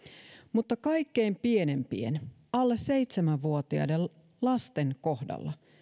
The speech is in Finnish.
mutta kaikkein pienimpien alle seitsemänvuotiaiden lasten kohdalla